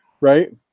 Right